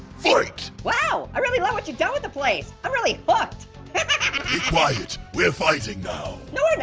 fight. wow, i really love what you've done with the place. i'm really hooked. be quiet. we're fighting now. no, and